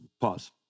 Pause